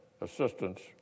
Assistance